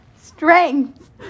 strength